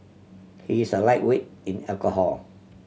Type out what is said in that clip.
he is a lightweight in alcohol